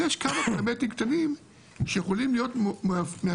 אז יש כמה אלמנטים קטנים שיכולים להיות מאפיינים